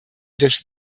durch